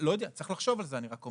לא יודע, צריך לחשוב על זה.